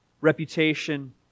reputation